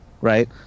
right